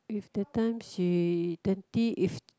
if that time she twenty if